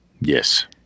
Yes